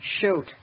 Shoot